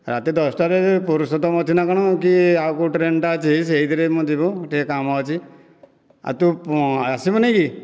ରାତି ଦଶଟାରେ ପୁରୁଷୋତ୍ତମ ଅଛି ନା କ'ଣ କି ଆଉ କେଉ ଟ୍ରେନ୍ଟା ଅଛି ସେଇଥିରେ ମୁଁ ଯିବି ଟିକିଏ କାମ ଅଛି ତୁ ଆସିବୁନି କି